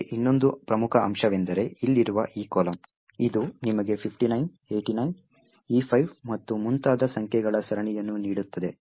ನಮಗೆ ಇನ್ನೊಂದು ಪ್ರಮುಖ ಅಂಶವೆಂದರೆ ಇಲ್ಲಿರುವ ಈ ಕಾಲಮ್ ಇದು ನಿಮಗೆ 59 89 E5 ಮತ್ತು ಮುಂತಾದ ಸಂಖ್ಯೆಗಳ ಸರಣಿಯನ್ನು ನೀಡುತ್ತದೆ